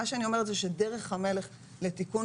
מה שאני אומרת זה שדרך המלך לתיקון